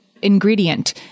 ingredient